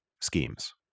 schemes